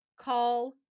call